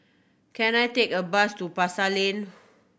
can I take a bus to Pasar Lane